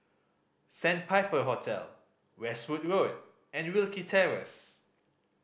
Sandpiper Hotel Westwood Road and Wilkie Terrace